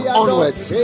onwards